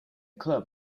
club